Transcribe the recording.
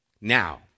now